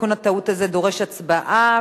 תיקון הטעות הזה דורש הצבעה,